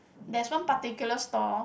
there's one particular stall